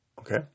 Okay